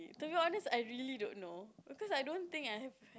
to be honest I really don't know because I don't think I have